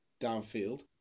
downfield